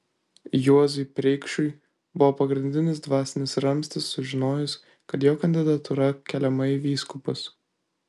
juozui preikšui buvo pagrindinis dvasinis ramstis sužinojus kad jo kandidatūra keliama į vyskupus